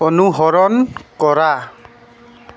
অনুসৰণ কৰা